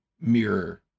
mirror